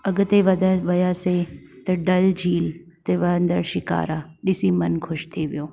अॻिते वधी वियासीं त डल झील ते वहंदड़ शिकारा ॾिसी मनु ख़ुशि थी वियो